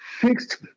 fixed